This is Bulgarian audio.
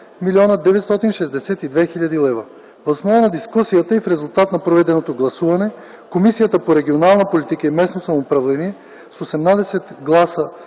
млн. 962 хил. лв. Въз основа на дискусията и в резултат на проведеното гласуване, Комисията по регионална политика и местно самоуправление с 18 гласа